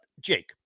Jake